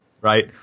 right